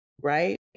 Right